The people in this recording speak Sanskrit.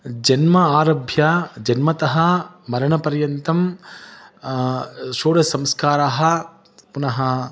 जन्मारभ्य जन्मतः मरणपर्यन्तं षोडशसंस्काराः पुनः